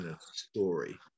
story